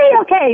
okay